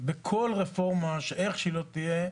בכל רפורמה, איך שהיא לא תהיה.